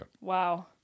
Wow